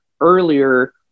earlier